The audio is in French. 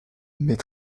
mais